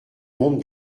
monte